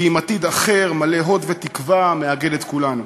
כי אם עתיד אחר, מלא הוד ותקווה, מאגד את כולנו.